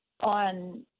on